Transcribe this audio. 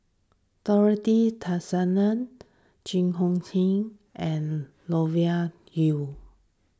Dorothy Tessensohn Jing Hong Jun and Yu